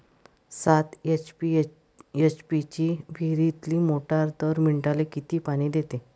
सात एच.पी ची विहिरीतली मोटार दर मिनटाले किती पानी देते?